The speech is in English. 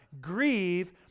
grieve